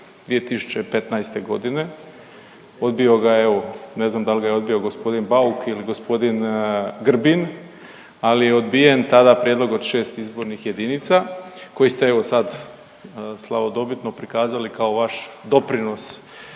2015.g., odbio ga je evo ne znam dal ga je odbio g. Bauk ili g. Grbin, ali je odbijen tada prijedlog od šest izbornih jedinica koji ste evo sad slavodobitno prikazali kao vaš doprinos